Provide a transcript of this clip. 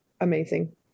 amazing